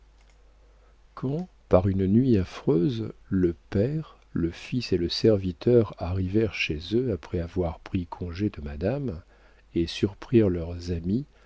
par une nuit affreuse le père le fils et le serviteur arrivèrent chez eux après avoir pris congé de madame et surprirent leurs amis